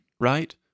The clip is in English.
right